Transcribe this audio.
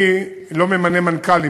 שאני לא ממנה מנכ"לים,